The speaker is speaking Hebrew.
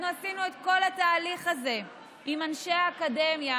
אנחנו עשינו את כל התהליך הזה עם אנשי האקדמיה,